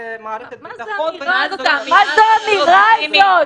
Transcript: הביטחון --- מה זו האמירה הזאת?